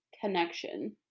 connection